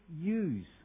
use